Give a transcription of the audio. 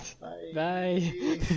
Bye